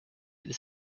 this